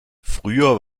früher